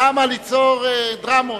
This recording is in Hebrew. למה ליצור דרמות?